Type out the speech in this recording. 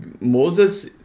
Moses